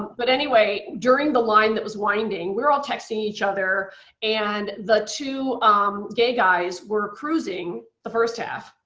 but anyway, during the line that was winding, we were all texting each other and the two gay guys were cruising the first half.